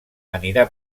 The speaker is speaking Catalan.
anirà